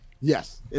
Yes